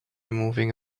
moving